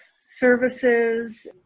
services